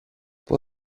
που